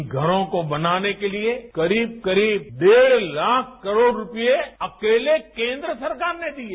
इन घरों को बनाने के लिए करीब करीब डेढ़ लाख करोड़ रूपये अकेले केन्द्र सरकार ने दिए